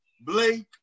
Blake